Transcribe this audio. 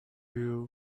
you